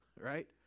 right